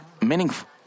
meaningful